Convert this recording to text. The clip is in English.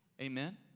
Amen